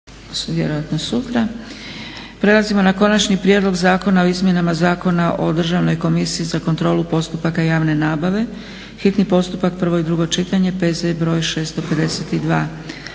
(SDP)** Konačni prijedlog zakona o izmjenama Zakona o državnoj komisiji za kontrolu postupaka javne nabave, hitni postupak, prvo i drugo čitanje, P.Z. br. 652.